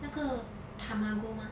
那个 tamago mah